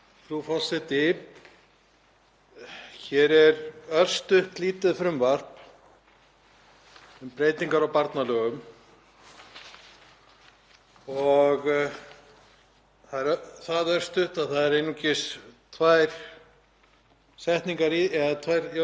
svo örstutt að það eru einungis tvær setningar í því um að fjarlæga orðin „búsett hér á landi“ á tveimur stöðum í núgildandi lögum.